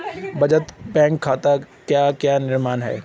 बचत बैंक खाते के क्या क्या नियम हैं?